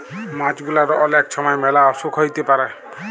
মাছ গুলার অলেক ছময় ম্যালা অসুখ হ্যইতে পারে